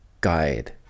guide